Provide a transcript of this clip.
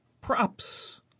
props